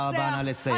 תודה רבה, נא לסיים.